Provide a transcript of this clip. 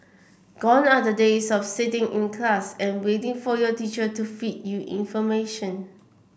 gone are the days of sitting in class and waiting for your teacher to feed you information